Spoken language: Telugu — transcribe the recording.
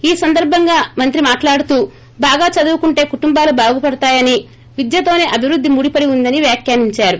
ఈ సందర్భంగా ఆయన మాట్లాడుతూ బాగా చదువుకుంటే కుటుంబాలు బాగుపడతాయని విద్యతోనే అభివృద్ది ముడిపడి ఉందని వ్యాఖ్యానించారు